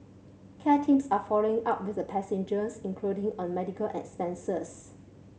care teams are following up with the passengers including on medical expenses